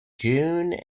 june